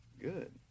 Good